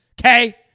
Okay